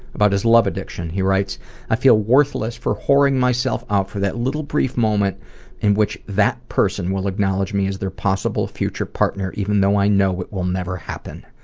his love addiction he writes i feel worthless for whoring myself out for that little brief moment in which that person will acknowledge me as their possible future partner, even though i know it will never happen.